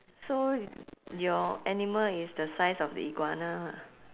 so your animal is the size of the iguana lah